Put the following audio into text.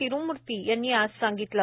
तिरुमूर्ती यांनी आज सांगितलं